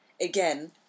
again